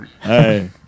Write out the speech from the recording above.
Hey